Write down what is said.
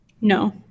No